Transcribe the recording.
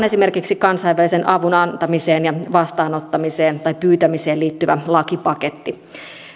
esimerkiksi kansainvälisen avun antamiseen ja vastaanottamiseen tai pyytämiseen liittyvä lakipaketti